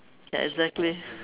ya exactly